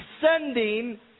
descending